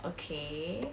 okay